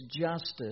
justice